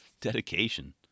Dedication